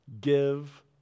give